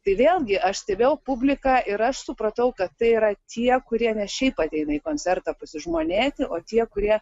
tai vėlgi aš stebėjau publiką ir aš supratau kad tai yra tie kurie ne šiaip ateina į koncertą pasižmonėti o tie kurie